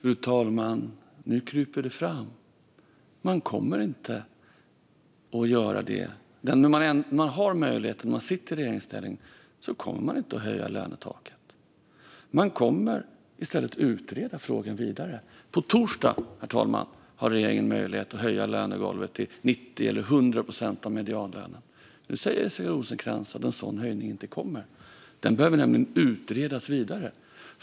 Fru talman! Nu kryper det fram. Man kommer inte att göra detta. När man har möjligheten och sitter i regeringsställning kommer man inte att höja lönegolvet. Man kommer i stället att utreda frågan vidare. På torsdag, fru talman, har regeringen möjlighet att höja lönegolvet till 90 eller 100 procent av medianlönen. Nu säger Jessica Rosencrantz att en sådan höjning inte kommer. Den behöver nämligen utredas vidare.